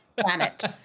planet